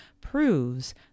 proves